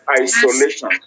isolation